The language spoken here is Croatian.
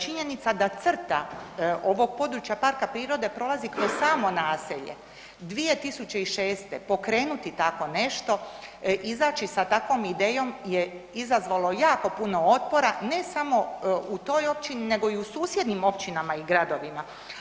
Činjenica da crta ovog područja parka prirode prolazi kroz samo naselje, 2006. pokrenuti tako nešto, izaći sa takvom idejom je izazvalo jako puno otpora, ne samo u toj općini nego i u susjednim općinama i gradovima.